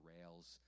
rails